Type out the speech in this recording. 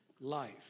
Life